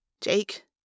Jake